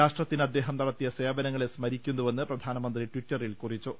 രാഷ്ട്രത്തിന് അദ്ദേഹം നടത്തിയ സേവനങ്ങളെ സ്മരിക്കുന്നുവെന്ന് പ്രധാനമന്ത്രി ടിറ്ററിൽ കുറി ച്ചു